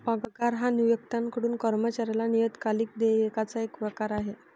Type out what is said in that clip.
पगार हा नियोक्त्याकडून कर्मचाऱ्याला नियतकालिक देयकाचा एक प्रकार आहे